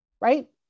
right